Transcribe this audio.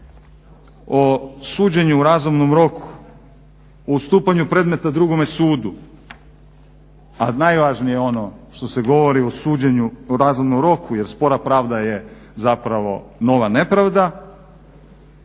o suđenju u razumnom roku, o ustupanju predmeta drugome sudu a najvažnije je ono što se govori o suđenju u razumnom roku jer spora pravda je zapravo nova nepravda